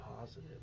positive